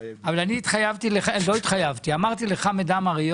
אבל אני אמרתי לחמד עמאר,